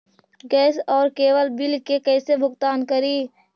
Gas और cable bill के कैसे भुगतान करी?